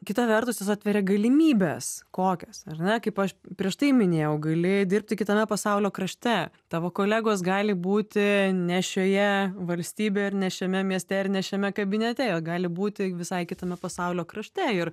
kita vertus jis atveria galimybes kokias ar ne kaip aš prieš tai minėjau gali dirbti kitame pasaulio krašte tavo kolegos gali būti ne šioje valstybėj ir ne šiame mieste ir ne šiame kabinete gali būti visai kitame pasaulio krašte ir